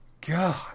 God